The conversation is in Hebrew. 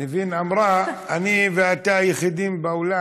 ניבין אמרה: אני ואתה היחידים באולם,